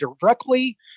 directly